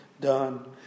done